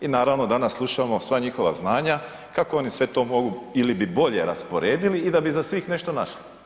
I naravno, danas slušamo sva njihova znanja kako oni sve to mogu ili bi bolje rasporedili i da bi za svih nešto našli.